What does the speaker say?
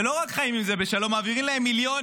ולא רק חיים עם זה בשלום, מעבירים להם מיליונים.